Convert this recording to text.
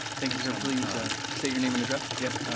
thank you sir, please ah state your name and address. yep.